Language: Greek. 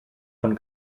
τον